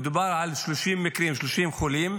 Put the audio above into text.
מדובר על 30 מקרים, 30 חולים,